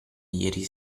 ieri